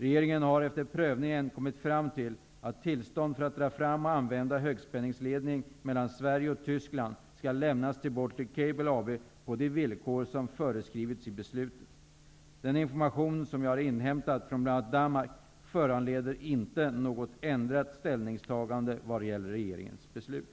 Regeringen har efter prövningen kommit fram till att tillstånd för att dra fram och använda en högspänningsledning mellan Sverige och Tyskland skall lämnas till Baltic Cable AB på de villkor som föreskrivits i beslutet. Den information som jag har inhämtat från bl.a. Danmark föranleder inte något ändrat ställningstagande vad gäller regeringens beslut.